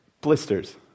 blisters